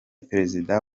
perezida